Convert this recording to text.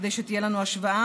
כדי שתהיה לנו השוואה,